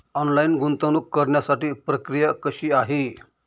Online गुंतवणूक करण्यासाठी प्रक्रिया कशी आहे?